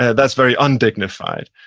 yeah that's very undignified.